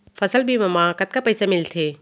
फसल बीमा म कतका पइसा मिलथे?